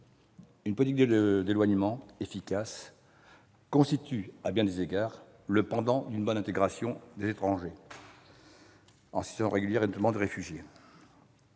Une politique d'éloignement efficace constitue, à bien des égards, le pendant d'une bonne intégration des étrangers en situation régulière, et notamment des réfugiés.